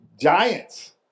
giants